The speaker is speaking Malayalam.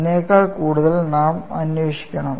അതിനേക്കാൾ കൂടുതൽ നാം അന്വേഷിക്കണം